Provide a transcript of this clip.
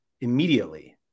immediately